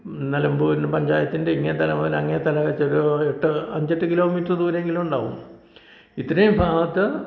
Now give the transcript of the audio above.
നിലമ്പൂരിലും പഞ്ചായത്തിൻ്റെ ഇങ്ങേ തല മുതൽ അങ്ങേത്തല വെച്ച് ഒരു എട്ട് അഞ്ചെട്ട് കിലോമീറ്റർ ദൂരെ എങ്കിലും ഉണ്ടാവും ഇത്രയും ഭാഗത്ത്